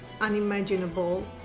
unimaginable